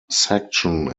section